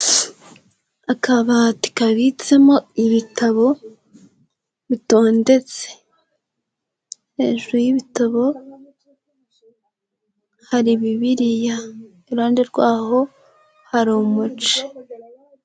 Akabati kabitsemo ibitabo bitondetse, hejuru y'ibitabo hari bibiriya, iruhande rwaho umuce.